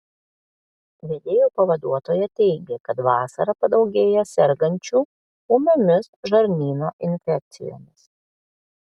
vedėjo pavaduotoja teigė kad vasarą padaugėja sergančių ūmiomis žarnyno infekcijomis